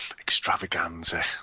extravaganza